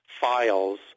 files